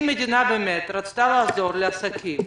אם המדינה באמת רוצה לעזור לעסקים,